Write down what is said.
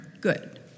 good